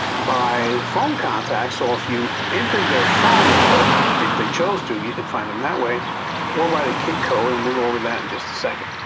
by phone contact. so if you entered their phone number if they chose to, you can find them that way or by the kik code and we'll go over that in just a second.